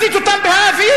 מפציץ אותם מהאוויר,